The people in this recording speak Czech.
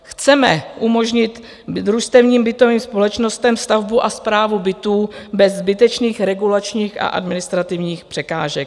Chceme umožnit družstevním bytovým společnostem stavbu a správu bytů bez zbytečných regulačních a administrativních překážek.